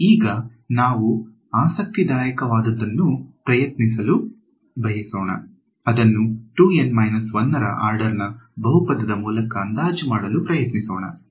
ಈಗ ನಾವು ಆಸಕ್ತಿದಾಯಕವಾದದನ್ನು ಪ್ರಯತ್ನಿಸಲು ಬಯಸೋಣ ಅದನ್ನು 2 N 1 ರ ಆರ್ಡರ್ ನ ಬಹುಪದದ ಮೂಲಕ ಅಂದಾಜು ಮಾಡಲು ಪ್ರಯತ್ನಿಸೋಣ